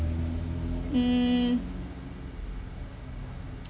mm